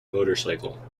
motorcycle